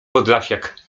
podlasiak